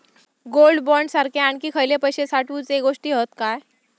Gold bond सारखे आणखी खयले पैशे साठवूचे गोष्टी हत काय?